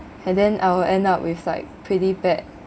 and then I'll end up with like pretty bad